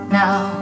now